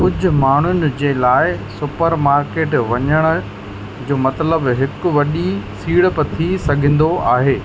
कुझु माण्हुनि जे लाइ सुपरमार्केट वञण जो मतिलबु हिकु वॾी सीड़प थी सघंदो आहे